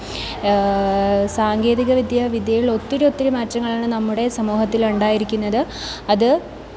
സാങ്കേതികവിദ്യ വിദ്യകളിൽ ഒത്തിരി ഒത്തിരി മാറ്റങ്ങളാണ് നമ്മുടെ സമൂഹത്തിൽ ഉണ്ടായിരിക്കുന്നത് അത്